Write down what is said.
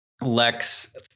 Lex